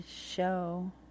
show